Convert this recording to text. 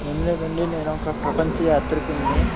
ఏం లేదండి నేను ఒక ప్రపంచ యాత్రికుడ్ని